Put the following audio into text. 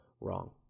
wrong